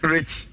Rich